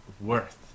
worth